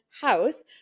house